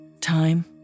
Time